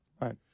right